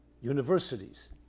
universities